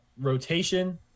Rotation